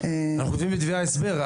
אנחנו כותבים בדבר ההסבר.